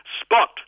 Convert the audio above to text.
Spot